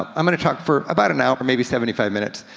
i'm gonna talk for about an hour or maybe seventy five minutes,